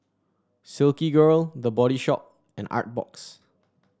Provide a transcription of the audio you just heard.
Silkygirl The Body Shop and Artbox